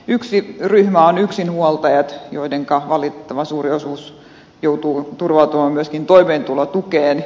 yksi ryhmä on yksinhuoltajat joista valitettavan suuri osa joutuu turvautumaan myöskin toimeentulotukeen